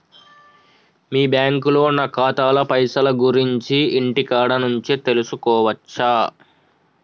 మీ బ్యాంకులో నా ఖాతాల పైసల గురించి ఇంటికాడ నుంచే తెలుసుకోవచ్చా?